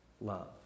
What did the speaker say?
love